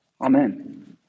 amen